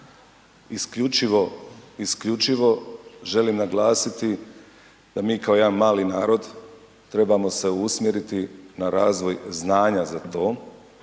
isključivo želim naglasiti da mi kao jedan mali narod trebamo se usmjeriti na razvoj znanja za to